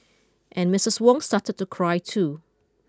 and Mistress Wong started to cry too